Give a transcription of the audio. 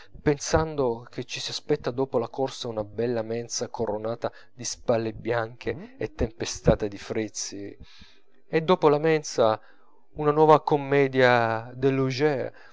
pensando che ci aspetta dopo la corsa una bella mensa coronata di spalle bianche e tempestata di frizzi e dopo la mensa una nuova commedia dell'augier